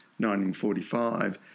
1945